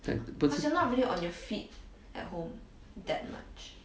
then 不是